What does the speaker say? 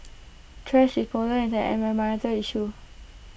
thrash disposal is an environmental issue